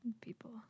people